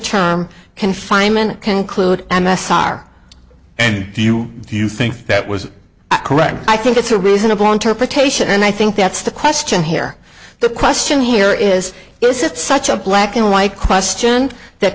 term confinement conclude m s r and do you do you think that was correct i think it's a reasonable interpretation and i think that's the question here the question here is this is such a black and white question th